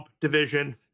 division